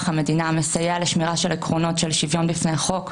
המדינה מסייע לשמירה של עקרונות של שוויון בפני החוק,